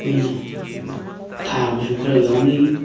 ꯑꯩꯈꯣꯏꯅ ꯊꯥꯕꯁꯨ ꯈꯔ ꯌꯥꯎꯅꯩ